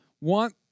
want